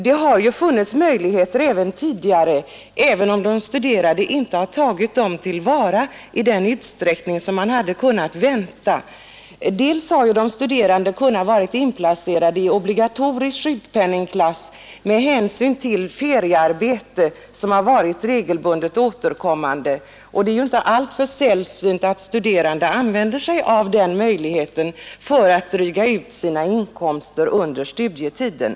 Det har även tidigare funnits möjligheter för studerande att erhålla sjukpenningförsäkring, även om dessa möjligheter inte tillvaratagits i den utsträckning som man hade kunnat vänta, Bl. a. har de studerande varit obligatoriskt sjukpenningförsäkrade om de haft regelbundet återkommande feriearbete. Det är ju inte alltför sällsynt att studerande har feriearbete för att dryga ut sina inkomster under studietiden.